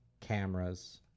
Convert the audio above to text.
cameras